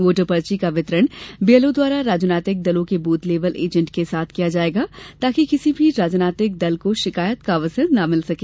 voter पर्ची का वितरण बीएलओ द्वारा राजनैतिक दलों के बूथ लेवल एजेंट के साथ किया जाएगा ताकि किसी भी राजनैतिक दल को शिकायत का अवसर न मिल सके